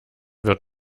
wird